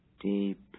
deep